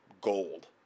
gold